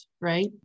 right